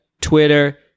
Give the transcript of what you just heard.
Twitter